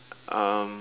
um